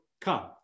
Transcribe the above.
come